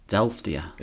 Delftia